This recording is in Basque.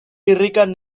irrikan